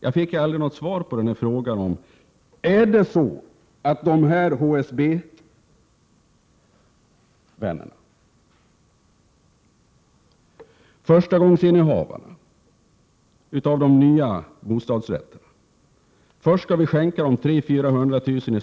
Jag fick aldrig svar på frågan: Skall vi först skänka de här HSB-vännerna, förstagångsinnehavarna av de nya bostadsrätterna, 300 000-400 000 kr.